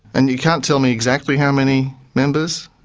and you can't tell me exactly how many members?